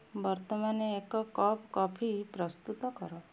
ବର୍ତ୍ତମାନ ଏକ cup coffee ପ୍ରସ୍ତୁତ କର